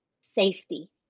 safety